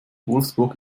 wolfsburg